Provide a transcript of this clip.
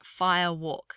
firewalk